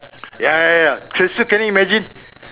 ya ya ya so can you still imagine